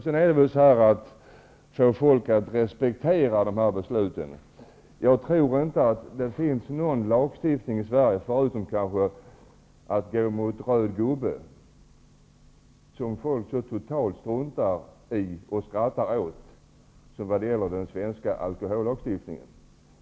Sedan gäller det att få folk att respektera besluten. Jag tror inte att det finns någon svensk lagstiftning -- utom möjligen förbudet att gå mot röd gubbe -- som folk så totalt struntar i och skrattar åt som den svenska alkohollagstiftningen.